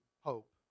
hope